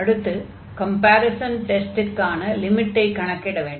அடுத்து கம்பேரிஸன் டெஸ்டுக்கான லிமிட்டை கணக்கிட வேண்டும்